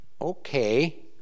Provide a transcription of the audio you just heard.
Okay